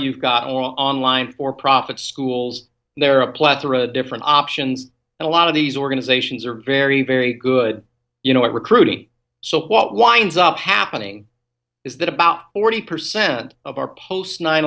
you've got online for profit schools there are a plethora of different options and a lot of these organizations are very very good you know at recruiting so what winds up happening is that about forty percent of our post nine